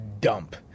dump